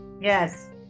Yes